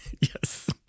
Yes